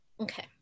Okay